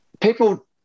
people